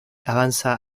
avanza